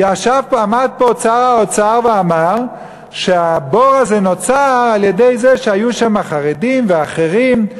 עמד פה שר האוצר ואמר שהבור הזה נוצר על-ידי זה שהיו שם חרדים ואחרים.